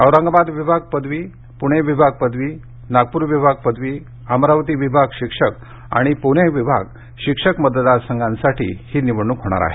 औरंगाबाद विभाग पदवी पुणे विभाग पदवी नागप्र विभाग पदवी अमरावती विभाग शिक्षक आणि पुणे विभाग शिक्षक मतदारसंघांसाठी ही निवडणूक होणार आहे